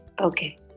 Okay